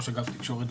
ראש אגף תקשורת,